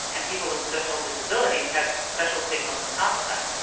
and people with special disabilities have special signals on top of that.